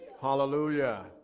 Hallelujah